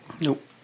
Nope